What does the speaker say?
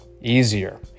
easier